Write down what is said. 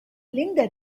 linda